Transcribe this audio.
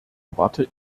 erwarte